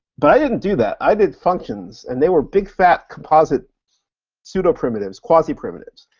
but i didn't do that. i did functions, and they were big fat composite pseudoprimitives, quasiprimitives,